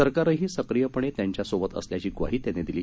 सरकारही सक्रीयपणे त्यांच्यासोबत असल्याची ग्वाही त्यांनी दिली